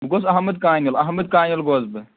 بہٕ گوس احمد کانیُل احمد کانیُل گوس بہٕ